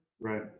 right